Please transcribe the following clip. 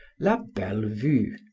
la belle-vue,